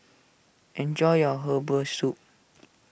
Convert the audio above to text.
enjoy your Herbal Soup